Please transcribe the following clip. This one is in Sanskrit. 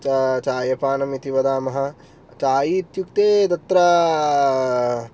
चा चायपानम् इति वदामः चाय् इयुक्ते तत्र